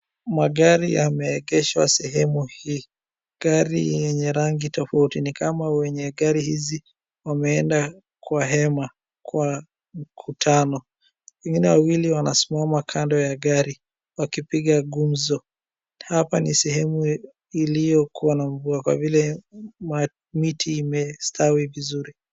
Magari yameegeshwa sehemu hii, gari yenye rangi tofauti, ni kama wenye gari hizi wameenda kwa hema kwa mkutano, wengine wawili wamesimama kando ya gari wakipiga gumzo, hapa ni sehemu iliyokuwa na mvua kwa vile miti imestawi vizuri.